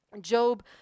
Job